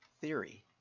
theory